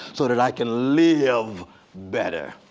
so that i can live better,